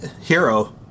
Hero